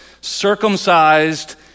circumcised